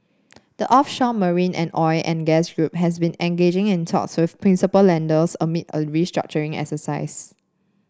the offshore marine and oil and gas group has been engaging in talks with principal lenders amid a restructuring exercise